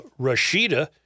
Rashida